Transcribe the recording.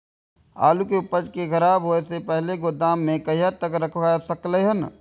आलु के उपज के खराब होय से पहिले गोदाम में कहिया तक रख सकलिये हन?